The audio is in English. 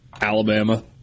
Alabama